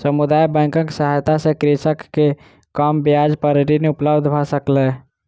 समुदाय बैंकक सहायता सॅ कृषक के कम ब्याज पर ऋण उपलब्ध भ सकलै